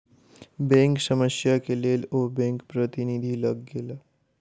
bank समस्या के लेल ओ बैंक प्रतिनिधि लग गेला